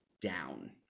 down